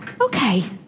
Okay